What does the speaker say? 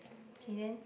K then